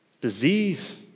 disease